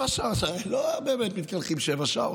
הם לא באמת מתקלחים באמת שבע שעות.